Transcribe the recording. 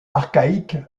archaïque